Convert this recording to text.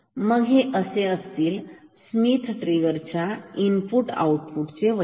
मग हे असे असतील स्मिथ ट्रिगर च्या इनपुट आऊटपुट चे वैशिष्ट्य